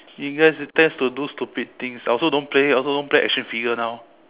you girls tends to do stupid things I also don't play I also don't play action figure now